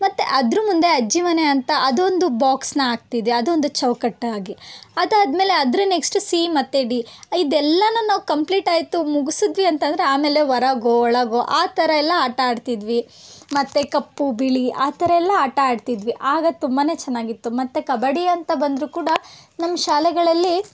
ಮತ್ತೆ ಅದ್ರ ಮುಂದೆ ಅಜ್ಜಿ ಮನೆ ಅಂತ ಅದೊಂದು ಬಾಕ್ಸನ್ನ ಹಾಕ್ತಿದ್ದೆ ಅದೊಂದು ಚೌಕಟ್ಟಾಗಿ ಅದಾದ ಮೇಲೆ ಅದ್ರ ನೆಕ್ಸ್ಟ್ ಸಿ ಮತ್ತು ಡಿ ಇದೆಲ್ಲನೂ ನಾವು ಕಂಪ್ಲೀಟ್ ಆಯಿತು ಮುಗಿಸಿದ್ವಿ ಅಂತ ಅಂದರೆ ಆಮೇಲೆ ಹೊರಗೋ ಒಳಗೋ ಆ ಥರ ಎಲ್ಲ ಆಟ ಆಡ್ತಿದ್ವಿ ಮತ್ತು ಕಪ್ಪು ಬಿಳಿ ಆ ಥರಯೆಲ್ಲ ಆಟ ಆಡ್ತಿದ್ವಿ ಆಗ ತುಂಬಾ ಚೆನ್ನಾಗಿತ್ತು ಮತ್ತು ಕಬಡ್ಡಿ ಅಂತ ಬಂದರೂ ಕೂಡ ನಮ್ಮ ಶಾಲೆಗಳಲ್ಲಿ